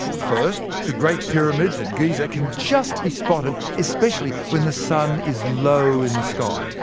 first, the great pyramids at giza can just be spotted, especially when the sun is low in the sky,